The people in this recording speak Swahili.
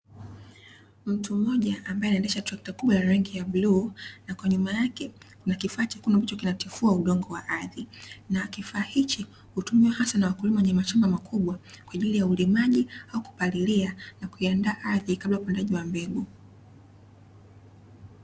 Mtu mmoja ambaye anaendesha trekta kubwa la rangi ya bluu, na kwa nyuma yake kuna kifaa chekundu ambacho kinatifua udongo wa ardhi. Na kifaa hichi hutumiwa hasa na wakulima wenye mashamba makubwa kwa ajili ya ulimaji au kupalilia na kuiandaa ardhi, kabla ya upandaji wa mbegu.